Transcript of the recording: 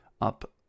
up